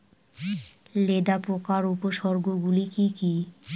লেদা পোকার উপসর্গগুলি কি কি?